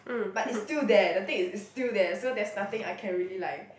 but it's still there the thing is it's still there so there's nothing I can really like